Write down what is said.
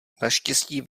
naštěstí